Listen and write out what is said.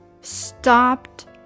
Stopped